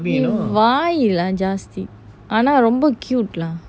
why you lah வாய்யிலாம் ஜாஸ்தி ஆனா ரொம்ப:vaaiyilam jasthi aana romba cute lah